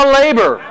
labor